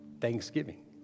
Thanksgiving